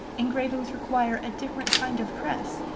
engravings require a different kind of press,